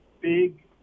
big